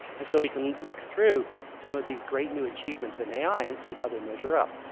and so we can look through some of these great new achievements in ai and see how they measure up.